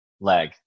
leg